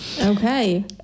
Okay